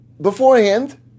beforehand